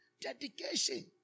Dedication